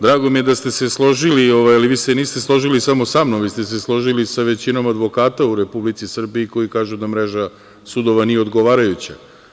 Drago mi je da ste se složili, ali se niste složili samo samnom, složili ste se sa većinom advokata u Republici Srbiji koji kažu da mreža sudova nije odgovarajuća.